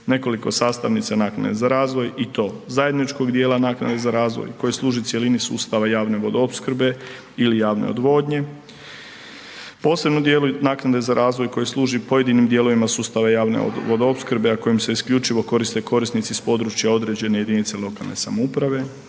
nekoliko sastavnica naknade za razvoj i to, zajedničkog dijela naknade za razvoj koji služi cjelini sustava javne vodoopskrbe ili javne odvodnje, posebno dijelu naknade za razvoj koji služi pojedinim dijelovima sustava javne vodoopskrbe, a kojim se isključivo koriste korisnici iz područja određene jedinice lokalne samouprave,